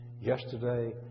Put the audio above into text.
Yesterday